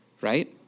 right